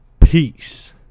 peace